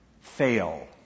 fail